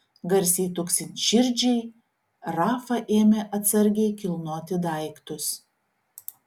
garsiai tuksint širdžiai rafa ėmė atsargiai kilnoti daiktus